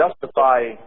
justify